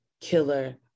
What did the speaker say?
killer